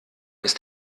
ist